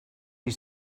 you